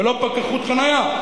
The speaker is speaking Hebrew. ולא פקחות חנייה.